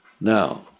Now